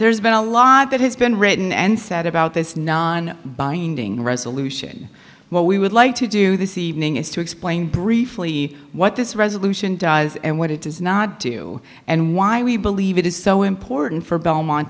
there's been a lot that has been written and said about this non binding resolution what we would like to do this evening is to explain briefly what this resolution does and what it does not do and why we believe it is so important for belmont